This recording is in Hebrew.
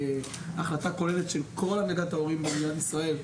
כהחלטה כוללת של כל הנהגת ההורים במדינת ישראל,